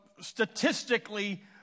statistically